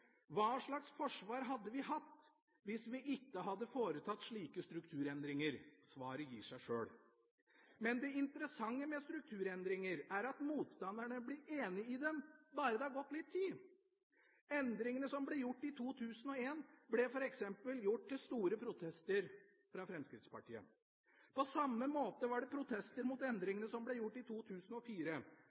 Hva slags forsvar hadde vi hatt hvis vi ikke hadde foretatt slike strukturendringer? Svaret gir seg sjøl. Det interessante med strukturendringer er at motstanderne blir enig i dem bare det er gått litt tid. Endringene i 2001 ble f.eks. gjort til store protester fra Fremskrittspartiet. På samme måte var det protester mot endringene som ble gjort i 2004.